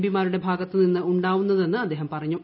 P മാരുടെ ഭാഗത്തുനിന്ന് ഉണ്ടാവുന്നതെന്ന് അദ്ദേഹം പറഞ്ഞു